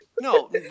No